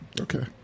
Okay